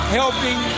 helping